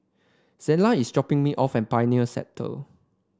Zela is dropping me off at Pioneer Sector